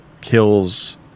kills